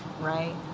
right